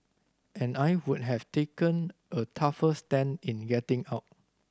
and I would have taken a tougher stand in getting out